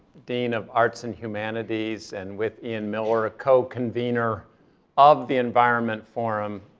dean of arts and humanities, and with ian miller a co-convener of the environment forum,